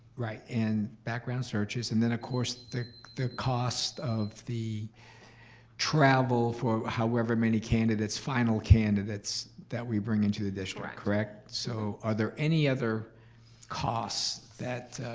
right, and background searches, and then of course the the cost of the travel for however many candidates, final candidates, that we bring into the district. correct. correct so are there any other costs that,